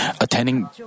attending